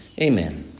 Amen